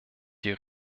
die